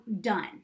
done